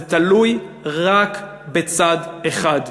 זה תלוי רק בצד אחד.